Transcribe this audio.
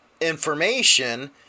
information